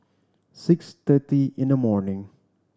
six thirty in the morning